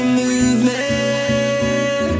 movement